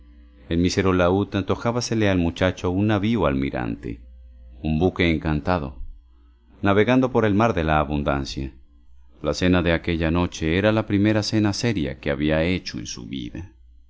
el mísero laúd antojábasele al muchacho un navío almirante un buque encantado navegando por el mar de la abundancia la cena de aquella noche era la primera cena seria que había hecho en su vida